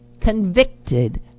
convicted